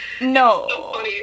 no